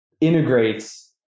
integrates